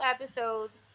episodes